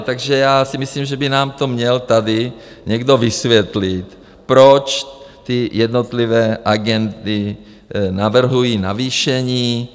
Takže já si myslím, že by nám to měl tady někdo vysvětlit, proč ty jednotlivé agendy navrhují navýšení?